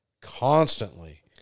constantly